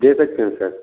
दे सकते हैं सर